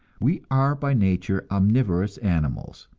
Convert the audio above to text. we are by nature omnivorous animals.